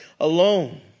alone